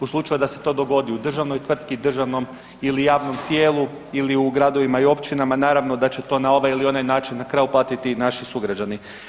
U slučaju da se to dogodi u državnoj tvrtki, državnom ili javnom tijelu, ili u gradovima i općinama naravno da će to na ovaj ili onaj način na kraju platiti naši sugrađani.